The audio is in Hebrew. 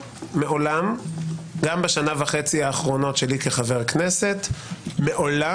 גם בשנה וחצי האחרונות שלי כחבר כנסת מעולם